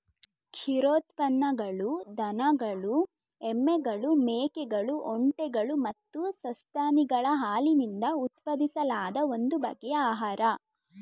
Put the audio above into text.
ಕ್ಷೀರೋತ್ಪನ್ನಗಳು ದನಗಳು ಎಮ್ಮೆಗಳು ಮೇಕೆಗಳು ಒಂಟೆಗಳು ಮತ್ತು ಸಸ್ತನಿಗಳ ಹಾಲಿನಿಂದ ಉತ್ಪಾದಿಸಲಾದ ಒಂದು ಬಗೆಯ ಆಹಾರ